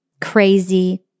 crazy